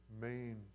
main